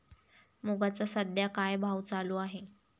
मुगाचा सध्या काय भाव चालू आहे?